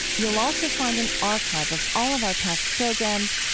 you'll also find an archiveof all of our past programs.